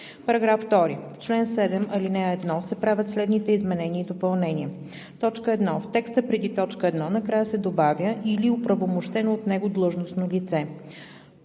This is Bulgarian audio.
§ 2: „§ 2. В чл. 7, ал. 1 се правят следните изменения и допълнения: 1. В текста преди т. 1 накрая се добавя „или оправомощено от него длъжностно лице“.